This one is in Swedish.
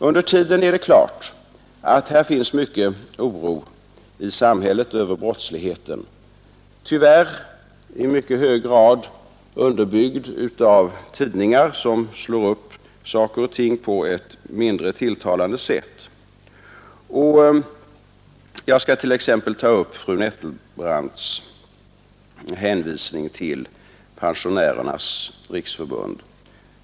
Under tiden är det klart att det finns mycken oro i samhället över brottsligheten, tyvärr i mycket hög grad underbyggd av tidningar som slår upp saker och ting på ett mindre tilltalande sätt. Jag skall t.ex. ta upp fru Nettelbrandts hänvisning till Pensionärernas riksorganisation.